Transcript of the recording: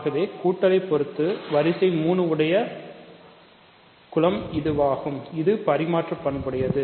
ஆகவே கூட்டலை பொறுத்து வரிசை 3 உடைய குலமாகும் இது பரிமாற்று பண்புடையது